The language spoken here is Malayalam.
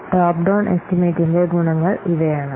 ടോപ്പ് ഡൌൺ എസ്റ്റിമേറ്റിന്റെ ഗുണങ്ങൾ ഇവയാണ്